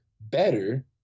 better